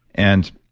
and